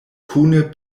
kune